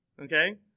Okay